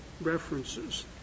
references